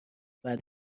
بعد